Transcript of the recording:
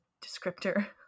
descriptor